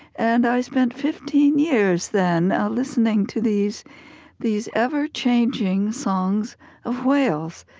and i spent fifteen years then listening to these these ever-changing songs of whales,